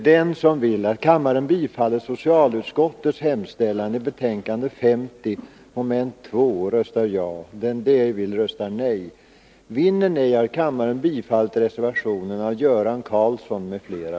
Kammaren övergår nu till att debattera socialutskottets betänkande 17 om vård av invandrarbarn m.m.